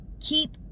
keep